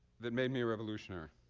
that made me revolutionary.